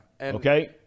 Okay